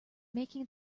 making